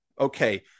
okay